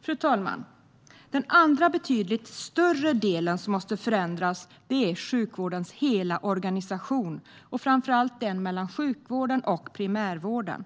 Fru talman! Den andra, betydligt större, del som måste förändras är sjukvårdens hela organisation, framför allt mellan sjukhusvården och primärvården.